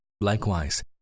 Likewise